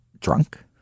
drunk